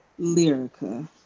Lyrica